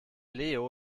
leo